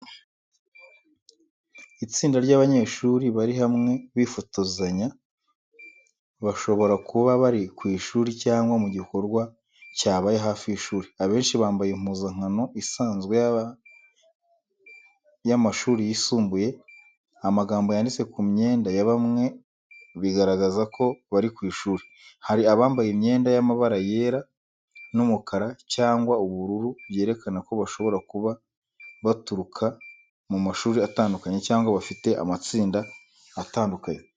Itsinda ry’abanyeshuri bari hamwe bifotozanya bashobora kuba bari ku ishuri cyangwa mu gikorwa cyabaye hafi y’ishuri. Abenshi bambaye impuzankano isanzwe y’amashuri yisumbuye amagambo yanditse ku myenda ya bamwe bigaragaza ko bari ku ishuri. Hari abambaye imyenda y’amabara yera n’umukara cyangwa ubururu byerekana ko bashobora kuba baturuka mu mashuri atandukanye cyangwa bafite amatsinda atandukanye.